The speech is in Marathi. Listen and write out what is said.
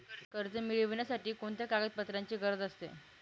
कर्ज मिळविण्यासाठी कोणत्या कागदपत्रांची गरज असते?